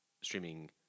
streaming